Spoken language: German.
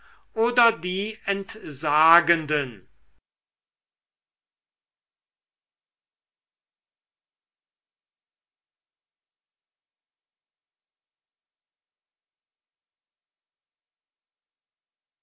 oder die entsagenden